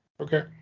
Okay